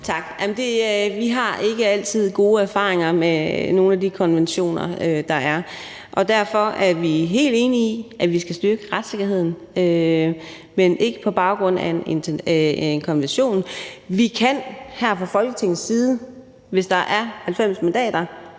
Tak. Vi har ikke altid gode erfaringer med nogle af de konventioner, der er, og derfor er vi helt enige i, at man skal styrke retssikkerheden, men ikke på baggrund af en konvention. Vi kan her fra Folketingets side, hvis der er 90 mandater,